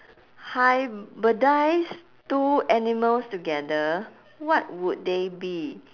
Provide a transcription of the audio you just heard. hybridise two animals together what would they be